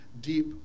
deep